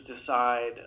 decide